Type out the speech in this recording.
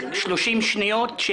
אין יותר בעייתי מהתוצאות של המבחנים